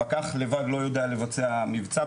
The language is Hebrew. הפקח לבד לא יודע לבצע מבצע,